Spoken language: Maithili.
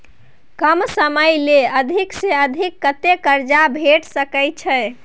कम समय ले अधिक से अधिक कत्ते कर्जा भेट सकै छै?